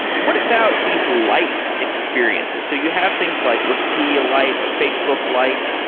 what about these lite experiences? so you have things like wikipedia lite, or facebook lite,